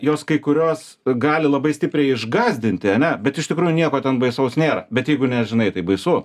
jos kai kurios gali labai stipriai išgąsdinti ane bet iš tikrųjų nieko ten baisaus nėra bet jeigu nežinai tai baisu